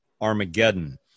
Armageddon